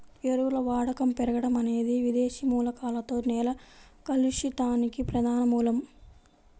ఎరువుల వాడకం పెరగడం అనేది విదేశీ మూలకాలతో నేల కలుషితానికి ప్రధాన మూలం